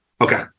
Okay